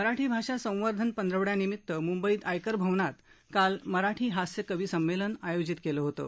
मराठी भाषा संवर्धन पंधरवडयानिमित्त मुंबईत आयकर भवनमध्ये काल मराठी हास्य कवी संमेलन आयोजित केलं होतं